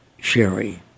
Sherry